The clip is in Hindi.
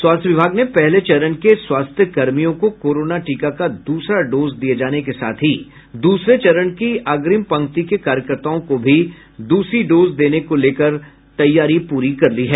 स्वास्थ्य विभाग ने पहले चरण के स्वास्थ्यकर्मियों को कोरोना टीका का दूसरा डोज दिये जाने के साथ ही दूसरे चरण के अग्रिम पंक्ति के कार्यकर्ताओं को भी दूसरी डोज देने को लेकर पूरी तैयारी कर ली है